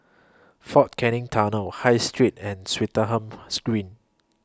Fort Canning Tunnel High Street and Swettenham's Green